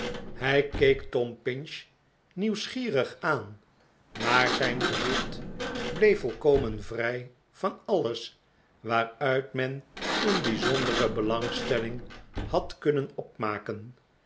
hij keek tom pinch nieuwsgierig aan maar zijn gezicht bleef volkomen vrij van alles waaruit men een bijzondere bela'ngstelling had kunnen opmaken